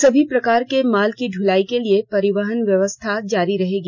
सभी प्रकार के माल की दलाई के लिए परिवहन व्यवस्था जारी रहेगी